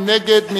מי נגד?